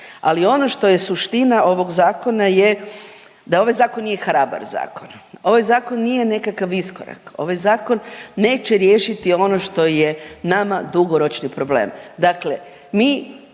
Ali ono što je suština ovog zakona je da ovaj zakon nije hrabar zakon. Ovaj zakon nije nekakav iskorak. Ovaj zakon neće riješiti ono što je nama dugoročni problem.